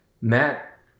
Matt